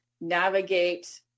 navigate